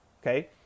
okay